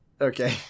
Okay